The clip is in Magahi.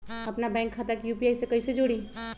अपना बैंक खाता के यू.पी.आई से कईसे जोड़ी?